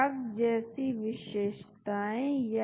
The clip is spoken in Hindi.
हम उदाहरण के लिए देख सकते हैं आइए इसको यहां देखें